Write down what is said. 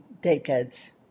decades